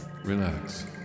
Relax